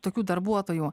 tokių darbuotojų